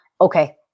okay